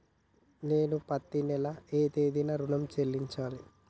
నేను పత్తి నెల ఏ తేదీనా ఋణం చెల్లించాలి?